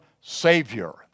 Savior